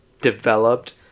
developed